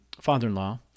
father-in-law